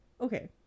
okay